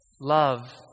Love